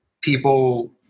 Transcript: people